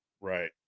right